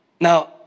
Now